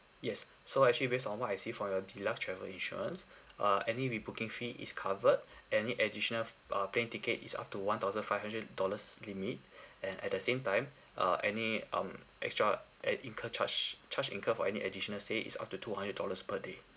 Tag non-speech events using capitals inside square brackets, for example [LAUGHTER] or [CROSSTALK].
yes so actually based on what I see from your deluxe travel insurance uh any re-booking fee is covered any additional ah plane ticket is up to one thousand five hundred dollars limit [BREATH] and at the same time uh any um extra eh incur charge charge incurred for any additional stay is up to two hundred dollars per day